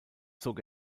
zog